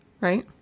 right